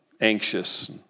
anxious